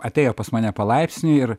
atėjo pas mane palaipsniui ir